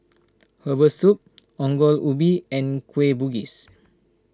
Herbal Soup Ongol Ubi and Kueh Bugis